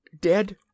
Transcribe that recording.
dead